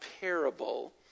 parable